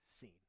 scene